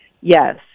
Yes